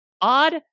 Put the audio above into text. odd